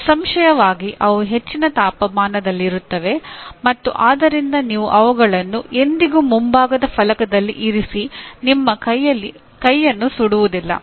ನಿಸ್ಸಂಶಯವಾಗಿ ಅವು ಹೆಚ್ಚಿನ ತಾಪಮಾನದಲ್ಲಿರುತ್ತವೆ ಮತ್ತು ಆದ್ದರಿಂದ ನೀವು ಅವುಗಳನ್ನು ಎಂದಿಗೂ ಮುಂಭಾಗದ ಫಲಕದಲ್ಲಿ ಇರಿಸಿ ನಿಮ್ಮ ಕೈಯನ್ನು ಸುಡುವುದಿಲ್ಲ